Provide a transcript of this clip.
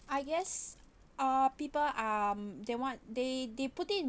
I guess uh people um they want they they put in